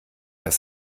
das